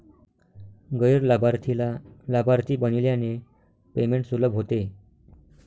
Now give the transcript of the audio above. गैर लाभार्थीला लाभार्थी बनविल्याने पेमेंट सुलभ होते